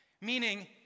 Meaning